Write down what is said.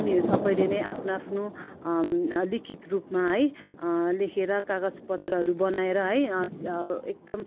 उनीहरू सबैले नै आफ्नो आफ्नो लिखित रूपमा है लेखेर कागज पत्रहरू बनाएर है एकदम